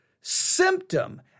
symptom